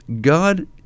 God